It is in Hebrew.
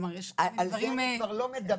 כלומר יש דברים --- על זה אני כבר לא מדברת,